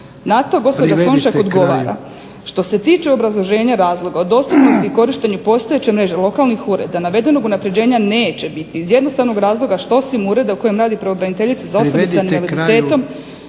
Na to gospođa Slonjšak odgovara. Što se tiče obrazloženja razloga o dostupnosti i korištenju postojeće mreže lokalnih ureda navedenog unapređenja neće biti iz jednostavnog razloga što osim ureda u kojem radi pravobraniteljica za osobe sa osobnim